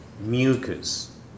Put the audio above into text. mucus